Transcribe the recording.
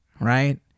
right